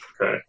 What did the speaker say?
Okay